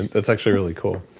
that's actually really cool.